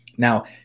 Now